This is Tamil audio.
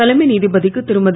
தலைமை நீதிபதிக்கு திருமதி